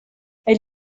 elle